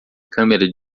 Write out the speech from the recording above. câmera